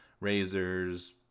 razors